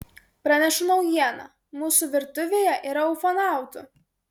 pranešu naujieną mūsų virtuvėje yra ufonautų